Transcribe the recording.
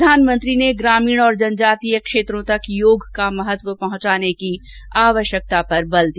प्रधानमंत्री ने ग्रामीण और जनजातीय क्षेत्रों तक योग का महत्व पहुंचाने की आवश्यकता पर बल दिया